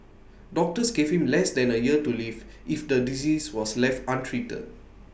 doctors gave him less than A year to live if the disease was left untreated